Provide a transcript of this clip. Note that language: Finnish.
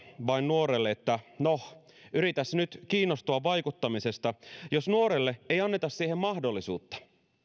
vain sanoa nuorelle että no yritäs nyt kiinnostua vaikuttamisesta jos nuorelle ei anneta siihen mahdollisuutta